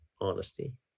honesty